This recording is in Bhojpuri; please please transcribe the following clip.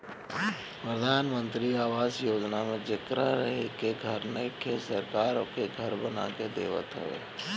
प्रधान मंत्री आवास योजना में जेकरा रहे के घर नइखे सरकार ओके घर बना के देवत ह